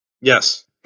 Yes